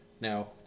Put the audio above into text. Now